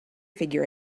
figure